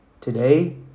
Today